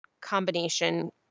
combination